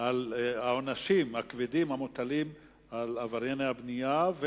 על העונשים הכבדים המוטלים על עברייני הבנייה.